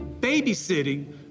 babysitting